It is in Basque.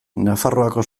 nafarroako